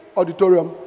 auditorium